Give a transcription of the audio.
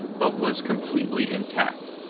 but was completely intact.